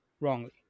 wrongly